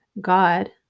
God